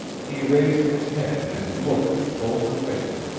he raised his head and looked me full in the face.